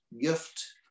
gift